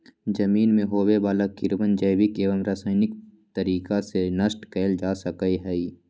जमीन में होवे वाला कीड़वन जैविक एवं रसायनिक तरीका से नष्ट कइल जा सका हई